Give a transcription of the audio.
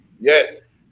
Yes